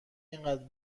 اینقدر